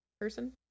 person